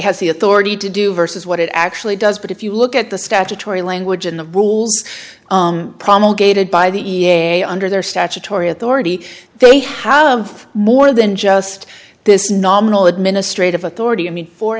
has the authority to do versus what it actually does but if you look at the statutory language in the rules promulgated by the e p a under their statutory authority they have more than just this nominal administrative authority i mean for